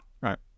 right